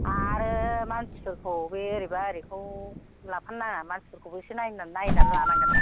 आरो मानसिफोरखौ बे ओरैबा ओरैखौ लाफानो नाङा मानसिफोरखौबो एसे नायनानै लानांगोन